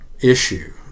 issue